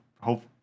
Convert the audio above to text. hope